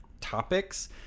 topics